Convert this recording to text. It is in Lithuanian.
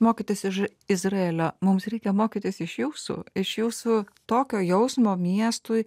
mokytis iš izraelio mums reikia mokytis iš jūsų iš jūsų tokio jausmo miestui